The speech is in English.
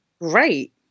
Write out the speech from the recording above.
Great